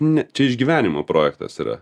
ne tik išgyvenimo projektas yra